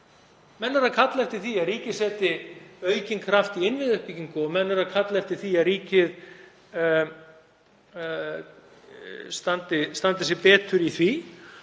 eru að kalla eftir því að ríkið setji aukinn kraft í innviðauppbyggingu og menn kalla eftir því að ríkið standi sig betur í því